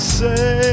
say